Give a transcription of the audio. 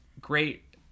great